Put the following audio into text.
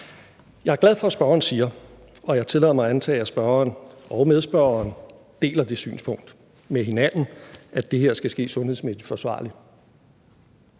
Jeg er glad for, at spørgeren siger – og jeg tillader mig at antage, at spørgeren og medspørgeren deler det synspunkt med hinanden – at det her skal ske sundhedsmæssigt forsvarligt.